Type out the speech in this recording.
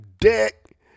dick